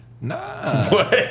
Nah